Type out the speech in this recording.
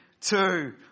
two